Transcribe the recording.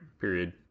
period